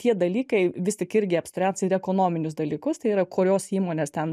tie dalykai vis tik irgi apspręs ir ekonominius dalykus tai yra kurios įmonės ten